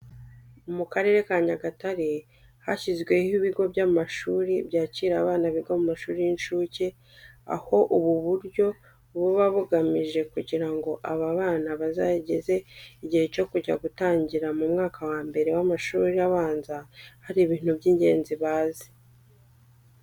Mu karere ka Nyagatare hashyizweho ibigo by'amashuri byakira abana biga mu mashuri y'incuke, aho ubu buryo buba bugamije kugira ngo aba bana bazageze igihe cyo kujya gutangira mu mwaka wa mbere w'amashuri abanza hari ibintu by'ingenzi bazi.